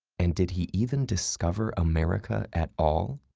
and did he even discover america at all?